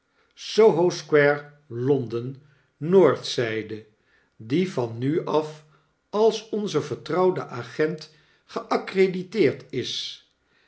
sohosquarelonden noordzyde die van nu af als onze vertrouwde agent geaccrediteerd is